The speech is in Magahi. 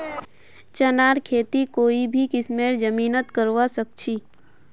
चनार खेती कोई भी किस्मेर जमीनत करवा सखछी